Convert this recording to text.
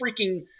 freaking